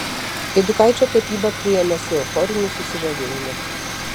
eidukaičio tapybą priėmė su euforiniu susižavėjimu